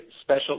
special